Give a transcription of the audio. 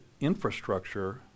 infrastructure